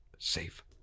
Safe